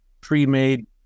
pre-made